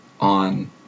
on